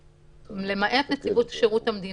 למעט נציבות שירות המדינה,